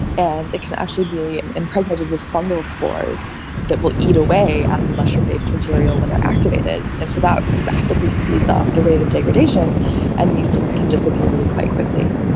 and it can actually be impregnated with fungal spores that will eat away at the mushroom-based material when they are activated. and so that rapidly speeds up the rate of degradation and these things can disappear really quite quickly.